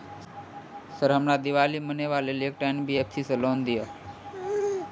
Sir हमरा दिवाली मनावे लेल एकटा एन.बी.एफ.सी सऽ लोन दिअउ?